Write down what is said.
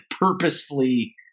purposefully